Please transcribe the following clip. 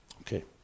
Okay